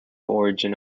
origin